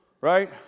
right